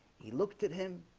he looked at him,